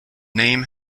name